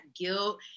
guilt